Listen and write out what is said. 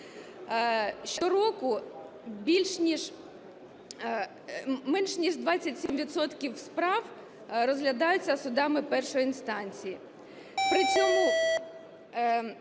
Щороку менш ніж 27 відсотків справ розглядаються судами першої інстанції.